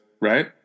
right